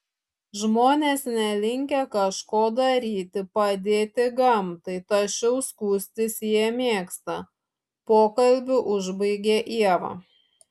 žmonės nelinkę kažko daryti padėti gamtai tačiau skųstis jie mėgsta pokalbį užbaigė ieva